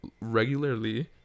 regularly